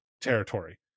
territory